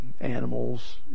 animals